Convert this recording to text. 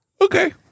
Okay